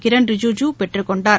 கிரண் ரிஜிஜு பெற்றுக் கொண்டார்